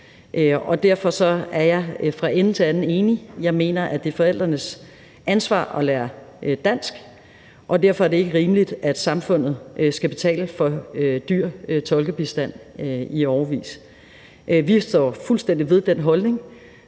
Derfor er jeg fra ende til anden enig. Jeg mener, at det er forældrenes ansvar at lære dansk, og derfor er det ikke rimeligt, at samfundet skal betale for dyr tolkebistand i årevis. Vi står fuldstændig ved den holdning,